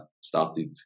started